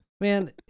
man